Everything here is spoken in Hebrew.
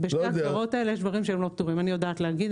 בשתי הגזרות האלה יש דברים שהם לא פתורים אני יודעת להגיד,